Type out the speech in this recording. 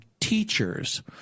teachers